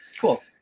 Cool